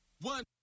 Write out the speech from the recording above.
one